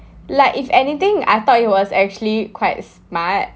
like if anything I thought it was actually quite smart